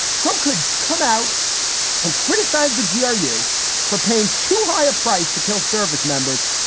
trump could come out and criticize the g r. you for paying too high a price to kill service members.